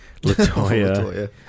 Latoya